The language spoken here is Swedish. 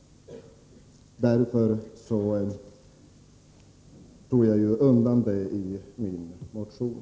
Därför tog jag inte med detta i min motion.